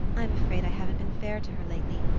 i'm afraid i haven't been fair to her lately.